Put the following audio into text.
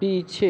पीछे